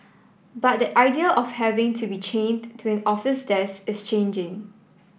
but that idea of having to be chained to an office desk is changing